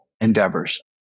endeavors